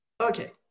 Okay